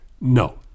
no